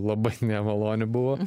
labai nemaloni buvo